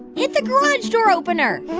hit the garage door opener